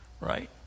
Right